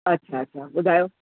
अछा अछा ॿुधायो